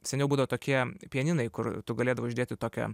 seniau būdavo tokie pianinai kur tu galėdavai uždėti tokią